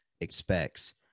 expects